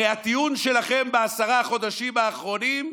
הרי הטיעון שלכם בעשרת החודשים האחרונים הוא: